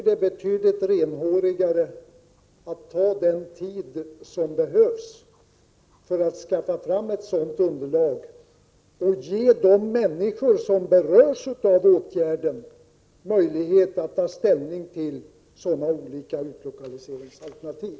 Det är betydligt renhårigare att ta i anspråk den tid som behövs för att skaffa fram ett underlag och ge de människor som berörs av åtgärden möjlighet att ta ställning till olika utlokaliseringsalternativ.